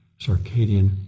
circadian